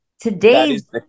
today's